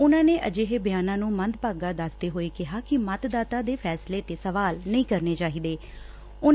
ਉਨੂਾ ਨੇ ਅਜਿਹੇ ਬਿਆਨਾਂ ਨੂੰ ਮੰਦਭਾਗਾ ਦੱਸਦੇ ਹੋਏ ਕਿਹਾ ਕਿ ਮਤਦਾਤਾ ਦੇ ਫੈਸਲੇ ਤੇ ਸਵਾਲ ਨਹੀ ਕਰਨੇ ਚਾਹੀਦੇ ਨੇ